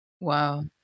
Wow